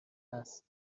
است